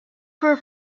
for